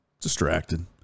distracted